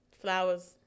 Flowers